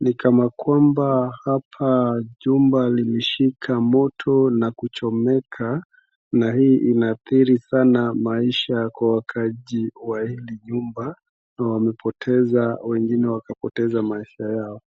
ni kana kwamba hapa jumba limeshika moto na kuchomeka na hii inaathiri sana maisha kwa wakaaji wa hili nyumba na wamepoteza na wengine wakapoteza maisha yao.